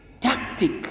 tactic